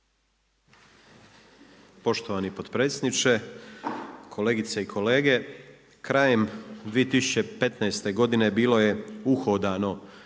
Poštovani potpredsjedniče, kolegice i kolege. Krajem 2015. godine bilo je uhodano